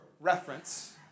reference